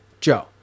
Joe